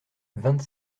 vingt